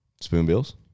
spoonbills